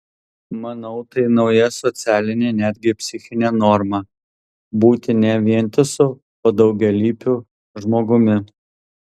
manau tai nauja socialinė netgi psichinė norma būti ne vientisu o daugialypiu žmogumi